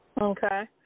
Okay